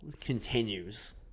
continues